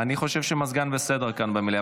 אני חושב שהמזגן בסדר כאן במליאה.